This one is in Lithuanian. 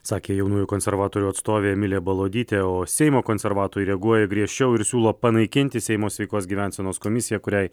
sakė jaunųjų konservatorių atstovė emilija balodytė o seimo konservatoriai reaguoja griežčiau ir siūlo panaikinti seimo sveikos gyvensenos komisiją kuriai